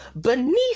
beneath